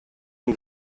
nie